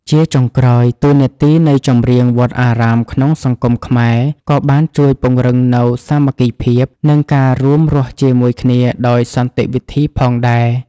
ជាចុងក្រោយ តួនាទីនៃចម្រៀងវត្តអារាមក្នុងសង្គមខ្មែរ ក៏បានជួយពង្រឹងនូវសាមគ្គីភាព និងការរួមរស់ជាមួយគ្នាដោយសន្តិវិធីផងដែរ។